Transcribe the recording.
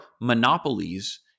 monopolies